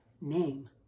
name